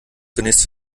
zunächst